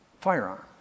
firearm